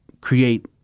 create